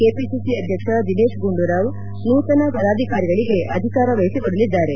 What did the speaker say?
KPCC ಅಧ್ಯಕ್ಷ ದಿನೇತ್ ಗುಂಡೂರಾವ್ ನೂತನ ಪದಾಧಿಕಾರಿಗಳಿಗೆ ಅಧಿಕಾರ ವಹಿಸಿಕೊಡಲಿದ್ದಾರೆ